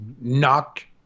knock